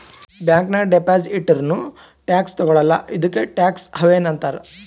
bank ನಾಗ್ deposit ಇಟ್ಟುರ್ನೂ tax ತಗೊಳಲ್ಲ ಇದ್ದುಕೆ ಟ್ಯಾಕ್ಸ್ ಹವೆನ್ ಅಂತಾರ್